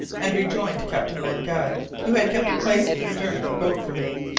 and rejoined captain len guy, who had kept a place in the stern of the boat for me.